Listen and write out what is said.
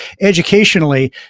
Educationally